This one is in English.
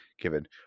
given